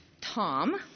Tom